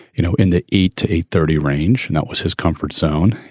you know, in the eight to eight thirty range. and that was his comfort zone.